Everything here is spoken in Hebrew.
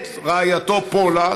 את רעייתו פולה,